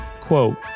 Quote